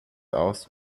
aus